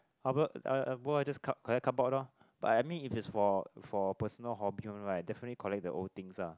cardboard just card~ collect cardboard lor but I mean if it's for for personal hobby one right definitely collect the old things ah